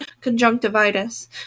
conjunctivitis